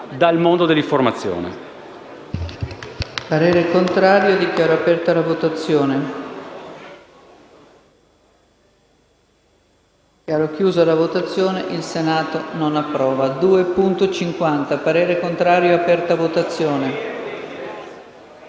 dal mondo dell'informazione.